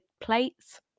plates